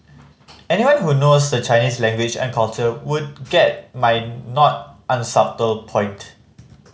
anyone who knows the Chinese language and culture would get my not unsubtle point